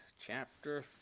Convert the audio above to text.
chapter